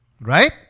Right